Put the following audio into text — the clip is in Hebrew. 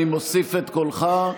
אני מוסיף את קולך,